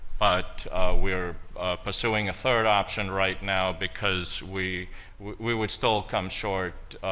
but we're pursuing a third option right now, because we we would still come short,